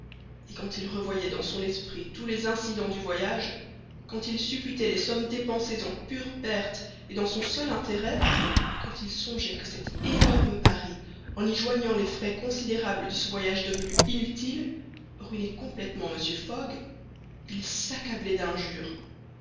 et quand il revoyait dans son esprit tous les incidents du voyage quand il supputait les sommes dépensées en pure perte et dans son seul intérêt quand il songeait que cet énorme pari en y joignant les frais considérables de ce voyage devenu inutile ruinait complètement mr fogg il s'accablait d'injures